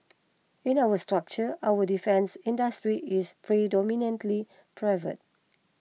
in our structure our defence industry is predominantly private